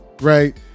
Right